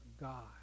God